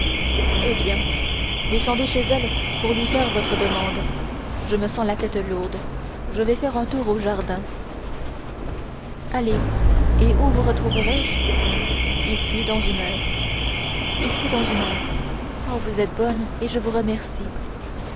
eh bien descendez chez elle pour lui faire votre demande je me sens la tête lourde je vais faire un tour au jardin allez et où vous retrouverai je ici dans une heure ici dans une heure oh vous êtes bonne et je vous remercie